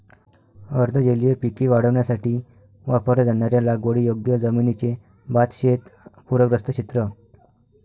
अर्ध जलीय पिके वाढवण्यासाठी वापरल्या जाणाऱ्या लागवडीयोग्य जमिनीचे भातशेत पूरग्रस्त क्षेत्र